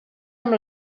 amb